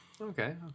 Okay